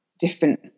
different